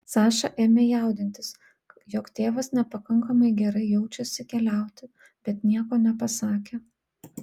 saša ėmė jaudintis jog tėvas nepakankamai gerai jaučiasi keliauti bet nieko nepasakė